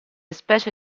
specie